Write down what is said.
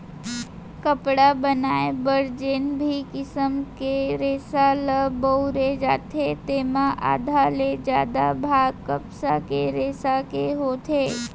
कपड़ा बनाए बर जेन भी किसम के रेसा ल बउरे जाथे तेमा आधा ले जादा भाग कपसा के रेसा के होथे